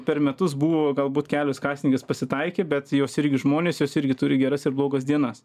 per metus buvo galbūt kelios kasininkės pasitaikė bet jos irgi žmonės jos irgi turi geras ir blogas dienas